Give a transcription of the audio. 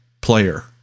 player